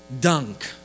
dunk